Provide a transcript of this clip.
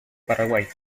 paraguay